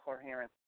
coherence